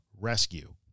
rescue